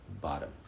bottom